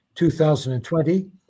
2020